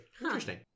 interesting